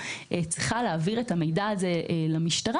צריכה להעביר את המידע הזה למשטרה,